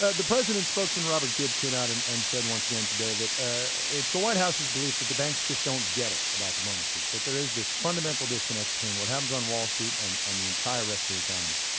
the the president's spokesman, robert gibbs, came out and and said once again today, that ah it's the white house's belief that the banks just don't get it about the bonuses. that there's this fundamental disconnect between what happens on wall street and and the entire rest of the economy.